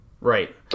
right